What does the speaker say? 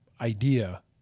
idea